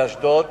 באשדוד,